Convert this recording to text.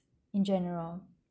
in general